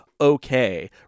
okay